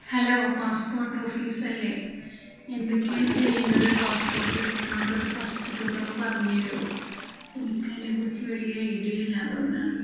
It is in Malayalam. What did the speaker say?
ഹലോ പാസ്പോർട്ട് ഓഫീസല്ലേ എന്തൊക്കെയാണ് ചെയ്യേണ്ടത് പാസ്പോർട്ട് എടുക്കുന്നതു തൊട്ടിട്ട് ഫസ്റ്റ് തൊട്ടിട്ട് ഒന്നു പറഞ്ഞു തരാമോ എനിക്കതിനെക്കുറിച്ച് വലിയ ഐഡിയയില്ല അതു കൊണ്ടാണ്